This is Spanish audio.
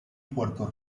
puerto